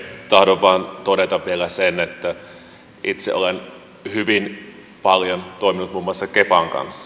tahdon vain todeta vielä sen että itse olen hyvin paljon toiminut muun muassa kepan kanssa